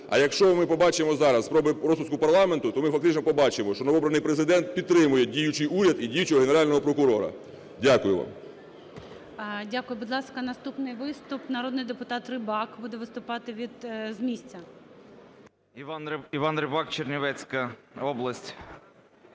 А якщо ми побачимо зараз спроби розпуску парламенту, то ми фактично побачимо, що новообраний Президент підтримує діючий уряд і діючого Генерального прокурора. Дякую вам. ГОЛОВУЮЧИЙ. Дякую. Будь ласка, наступний виступ. Народний депутат Рибак буде виступати з місця. 11:19:54 РИБАК І.П. Іван Рибак, Чернівецька область.